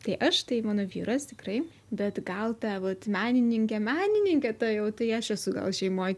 tai aš tai mano vyras tikrai bet gal ta vat menininkė menininkė ta jau tai aš esu gal šeimoj